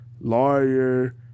lawyer